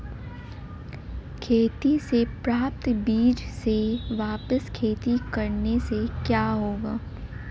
खेती से प्राप्त बीज से वापिस खेती करने से क्या होगा?